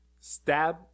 stab